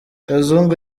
kazungu